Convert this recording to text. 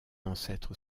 ancêtre